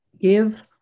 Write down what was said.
give